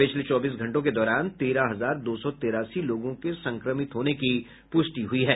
पिछले चौबीस घंटों के दौरान तेरह हजार दो सौ तिरासी लोगों के संक्रमित होने की पुष्टि हुई है